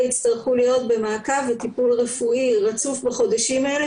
יצטרכו להיות במעקב ובטיפול רפואי רצוף בחודשים האלה,